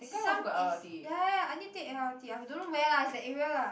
it's some it's ya ya ya I need take L_R_T I don't know where lah it's the area lah